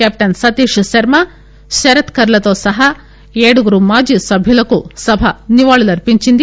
captain Satish Sharma Sarat Kar తో సహా ఏడుగురు మాజీ సభ్యులకు సభ నివాళులు అర్సించింది